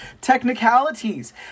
Technicalities